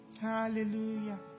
Hallelujah